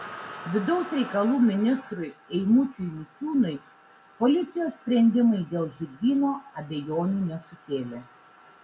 vidaus reikalų ministrui eimučiui misiūnui policijos sprendimai dėl žirgyno abejonių nesukėlė